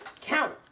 Count